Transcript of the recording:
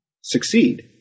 succeed